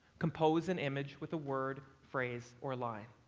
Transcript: compose an image with a word, phrase or line.